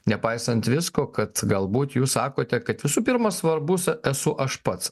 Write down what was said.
nepaisant visko kad galbūt jūs sakote kad visų pirma svarbus esu aš pats